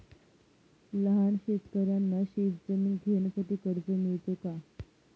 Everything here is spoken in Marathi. लहान शेतकऱ्यांना शेतजमीन घेण्यासाठी कर्ज मिळतो का?